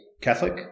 catholic